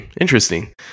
interesting